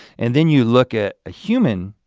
and then you look at a human